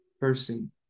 person